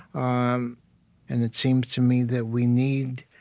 um and it seems to me that we need,